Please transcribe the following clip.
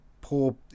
poor